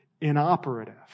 inoperative